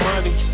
Money